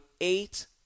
eight